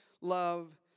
love